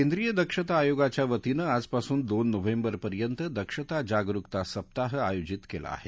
केंद्रीय दक्षता आयोगाच्या वतीनं आजपासून दोन नोव्हेम्बरपर्यंत दक्षता जागरूकता सप्ताह आयोजित केला आहे